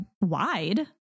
wide